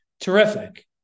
Terrific